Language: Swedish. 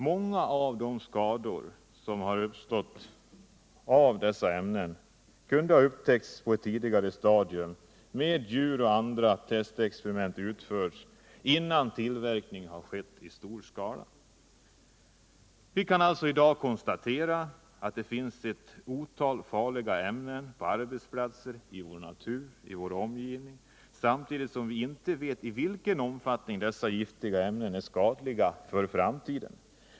Många av de skador som har förorsakats av dessa ämnen kunde ha förebyggts eller upptäckts på ett tidigare stadium, om djuroch andra testexperiment hade utförts innan tillverkningen hade påbörjats i stor skala. Vi kan i dag konstatera att det finns ett otal farliga ämnen på arbetsplatser, i vår närmaste omgivning och i naturen, samtidigt som vi inte vet i vilken omfattning dessa giftiga ämnen medför skador också för framtiden.